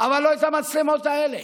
אבל לא המצלמות האלה.